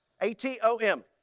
A-T-O-M